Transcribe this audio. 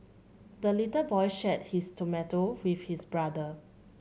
the little boy shared his tomato with his brother